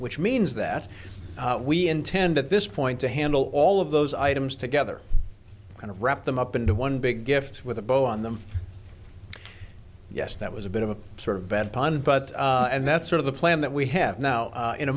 which means that we intend at this point to handle all of those items together kind of wrap them up into one big gift with a bow on them yes that was a bit of a sort of bed pan but and that's sort of the plan that we have now in a